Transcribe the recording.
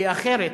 כי אחרת